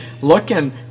looking